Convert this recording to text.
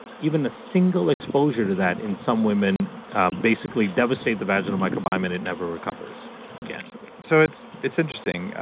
even a single exposure to that in some women basically devastate the vaginal microbiome and it never recovers again so it's it's interesting.